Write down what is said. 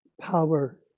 power